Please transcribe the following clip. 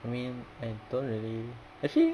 I mean I don't really actually